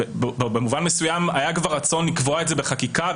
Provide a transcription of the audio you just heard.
במובן מסוים היה כבר רצון לקבוע את זה בחקיקה,